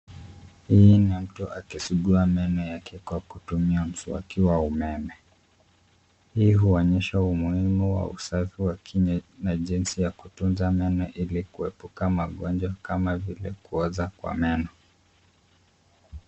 Hii ni mtu akisugua meno yake kwa kutumia mswaki wa umeme. Hii huonyesha umuhimu wa usafi wa kinywa na jinsi ya kutunza meno ili kuepuka magonjwa kama vile kuoza kwa meno.